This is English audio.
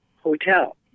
Hotel